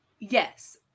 Yes